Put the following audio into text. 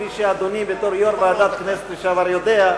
כפי שאדוני בתור יו"ר ועדת הכנסת לשעבר יודע,